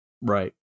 Right